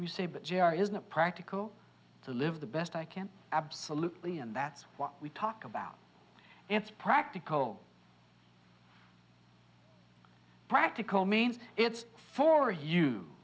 you say but g r is not practical to live the best i can absolutely and that's what we talk about it's practical practical means it's for you